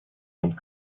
und